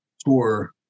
tour